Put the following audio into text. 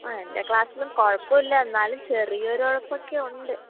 ആ എന്റെ ക്ലാസ്സിലും കുഴപ്പമില്ല എന്നാലും ചെറിയൊരു ഉഴപ്പൊക്കെ ഉണ്ട്